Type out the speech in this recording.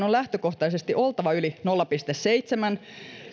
on lähtökohtaisesti oltava yli nolla pilkku seitsemän